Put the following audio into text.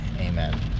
Amen